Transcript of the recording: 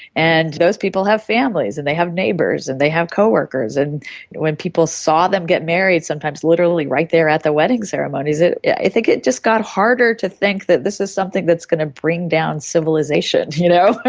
and those people have families and they have neighbours and they have co-workers, and when people saw them get married sometimes literally right there at their wedding ceremonies, i think it just got harder to think that this is something that's going to bring down civilisation, you know?